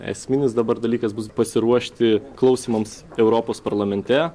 esminis dabar dalykas bus pasiruošti klausymams europos parlamente